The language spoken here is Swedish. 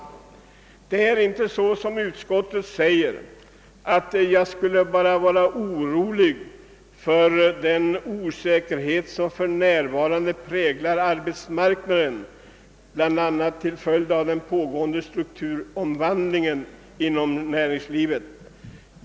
Jag är inte orolig bara för — som utskottet säger — »den osäkerhet som för närvarande präglar arbetsmarknaden bl a. till följd av den pågående strukturomvandlingen inom näringslivet».